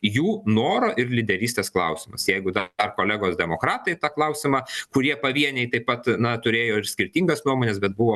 jų noro ir lyderystės klausimas jeigu da dar kolegos demokratai tą klausimą kurie pavieniai taip pat na turėjo ir skirtingas nuomones bet buvo